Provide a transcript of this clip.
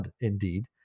indeed